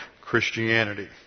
Christianity